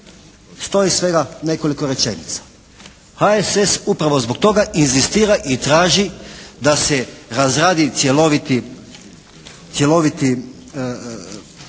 stoji svega nekoliko rečenica. HSS upravo zbog toga inzistira i traži da se razradi cjeloviti